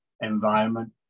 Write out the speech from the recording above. environment